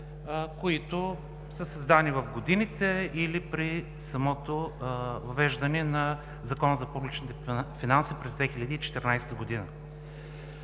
които са създадени в годините или при самото въвеждане на Закона за публичните финанси през 2014 г.